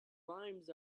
rhymes